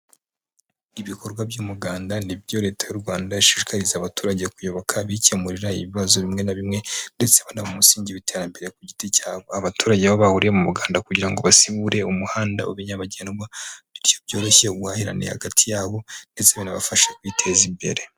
Ibikorwa by'umuganda ni byo leta y'u Rwanda ishishikariza abaturage kuyoboka bikemurira ibibazo bimwe na bimwe, ndetse banaba umusingi w'iterambere ku giti cyabo, abaturage aho bahuriye mu muganda kugira ngo basibure umuhanda ube nyabagendwa, bityo byoroshye ubuhahirane hagati yabo, ndetse binabafashe kwiteza imbere.